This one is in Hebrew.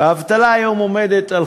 האבטלה היום עומדת על